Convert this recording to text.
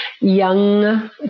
young